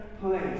place